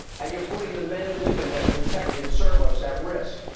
and you are putting the men and women that protect and serve us at risk.